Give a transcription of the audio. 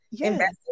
Invest